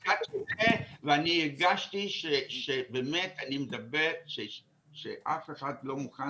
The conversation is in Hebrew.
אני הצעתי את זה והדגשתי שבאמת אני מדבר שאף אחד לא מוכן